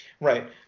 right